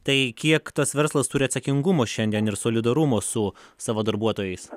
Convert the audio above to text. tai kiek tas verslas turi atsakingumo šiandien ir solidarumo su savo darbuotojais